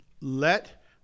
let